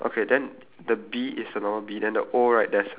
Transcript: and then there's a book it's B O O K S